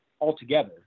altogether